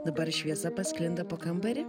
dabar šviesa pasklinda po kambarį